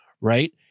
right